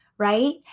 right